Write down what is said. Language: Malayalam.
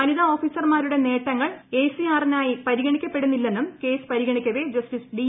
വനിതാ ഓഫീസർമാരുടെ നേട്ടങ്ങൾ എസിആറിനായി പരിഗണിക്കപ്പെടുന്നില്ലെന്നും കേസ് പരിഗണിക്കവേ ജസ്റ്റിസ് ഡി